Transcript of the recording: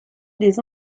des